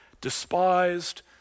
despised